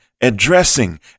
addressing